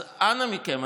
אז אנא מכם,